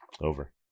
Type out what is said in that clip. Over